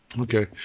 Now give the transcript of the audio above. Okay